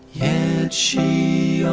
and she